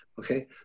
Okay